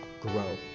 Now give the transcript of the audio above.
grow